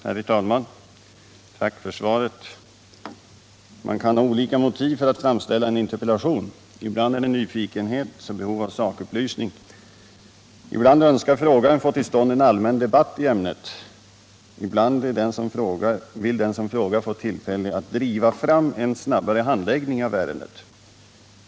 Herr talman! Jag tackar Per Ahlmark för svaret. Man kan ha olika motiv för att framställa en interpellation. Ibland är det nyfikenhet, alltså behov av sakupplysning. Ibland önskar frågeställaren få till stånd en allmän debatt i ämnet. Ibland vill den som frågar få tillfälle att driva fram en snabbare handläggning av ärendet.